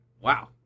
wow